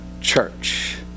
church